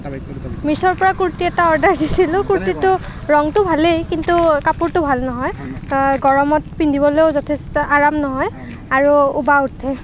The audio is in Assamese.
মীছোৰপৰা কুৰ্টি এটা অৰ্ডাৰ দিছিলোঁ কুৰ্টীটোৰ ৰঙটো ভালেই কিন্তু কাপোৰটো ভাল নহয় গৰমত পিন্ধিবলৈও যথেষ্ঠ আৰাম নহয় আৰু ওৱা উঠে